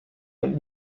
und